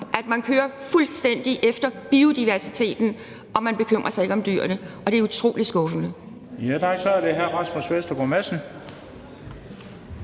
at man kører fuldstændig efter biodiversiteten, og at man ikke bekymrer sig om dyrene, og det er utrolig skuffende.